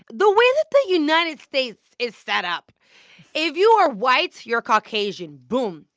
the way that the united states is set up if you are white, you're caucasian. boom.